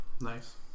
Nice